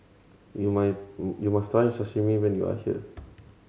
you may you must try Sashimi when you are here